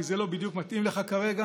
כי זה לא בדיוק מתאים לך כרגע?